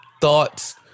thoughts